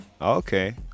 Okay